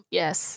yes